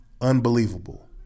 Unbelievable